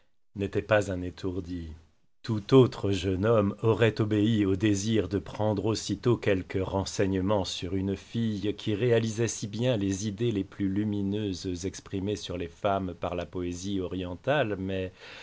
n'était pas un étourdi tout autre jeune homme aurait obéi au désir de prendre aussitôt quelques renseignements sur une fille qui réalisait si bien les idées les plus lumineuses exprimées sur les femmes par la poésie orientale mais